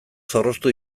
zorroztu